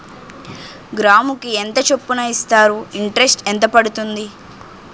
గ్రాముకి ఎంత చప్పున ఇస్తారు? ఇంటరెస్ట్ ఎంత పడుతుంది?